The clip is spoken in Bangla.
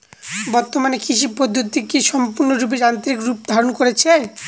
বর্তমানে কৃষি পদ্ধতি কি সম্পূর্ণরূপে যান্ত্রিক রূপ ধারণ করেছে?